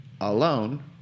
alone